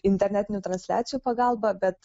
internetinių transliacijų pagalba bet